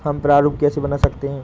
हम प्रारूप कैसे बना सकते हैं?